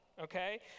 okay